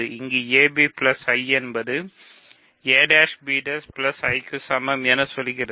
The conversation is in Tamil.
இங்கு ab I என்பது a' b'I க்கு சமம் என சொல்கிறது